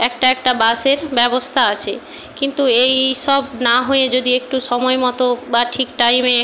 একটা একটা বাসের ব্যবস্থা কিন্তু এ এইসব না হয়ে যদি একটু সময় মতো বা ঠিক টাইমে